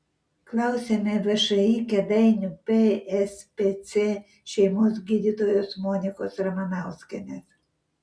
klausiame všį kėdainių pspc šeimos gydytojos monikos ramanauskienės